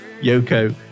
Yoko